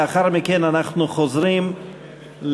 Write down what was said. לאחר מכן אנחנו חוזרים לחקיקה.